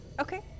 Okay